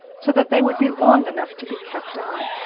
so that they would be long enough to be kept on.